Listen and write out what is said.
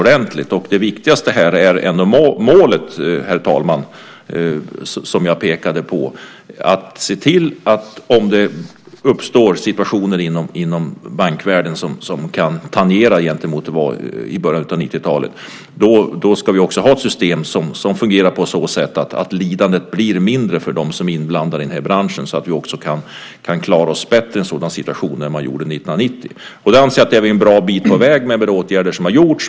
Det viktigaste är ändå det mål som jag pekade på, herr talman, att se till att vi, om det uppstår situationer inom bankvärlden som kan tangera det som hände i början av 1990-talet, ska ha ett system som fungerar på så sätt att lidandet blir mindre för dem som är inblandade i den här branschen och så att vi kan klara oss bättre i sådana situationer än man gjorde 1990. Med det anser jag att vi är en bra bit på väg med de åtgärder som vi har vidtagit.